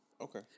Okay